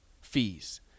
fees